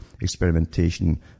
experimentation